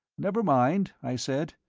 never mind, i said.